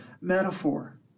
metaphor